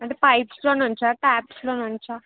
అంటే పైప్స్లోనుంచా ట్యాప్స్లోనుంచా